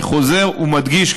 אני חוזר ומדגיש,